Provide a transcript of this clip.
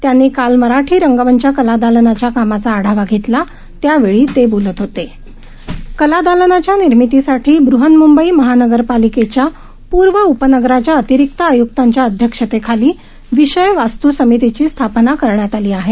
त्यांनी काल मराठी रंगमंच कला दालनाच्या कामाचा आढावा घेतला त्यावेळी ते बोलत होते कलादालनाच्या निर्मितीसाठी बहन्मुंबई महानगरपालिकेच्या पूर्व उपनगराच्या अतिरिक्त आयक्तांच्या अध्यक्षतेखाली विषय वस्तू समितीची स्थापना करण्यात आली आहे